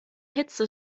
hitze